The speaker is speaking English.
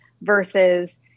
versus